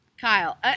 Kyle